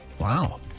Wow